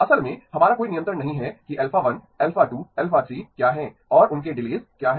असल में हमारा कोई नियंत्रण नहीं है कि α 1 α 2 α 3 क्या हैं और उनके डिलेस क्या है